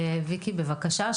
בבקשה,